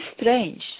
strange